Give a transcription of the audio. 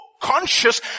conscious